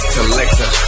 Collector